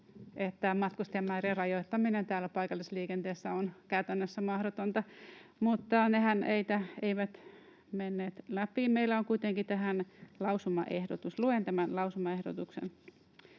että matkustajamäärien rajoittaminen paikallisliikenteessä on käytännössä mahdotonta, mutta nehän eivät menneet läpi. Meillä on kuitenkin tähän lausumaehdotus. Luen tämän lausumaehdotuksen: